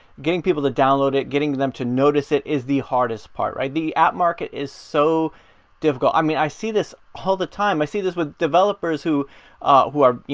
getting people to download it, getting them to notice it is the hardest part right. the app market is so difficult. i mean i see this all the time. i see this with developers who ah who are, you